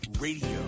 Radio